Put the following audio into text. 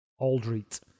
Aldrete